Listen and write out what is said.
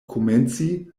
komenci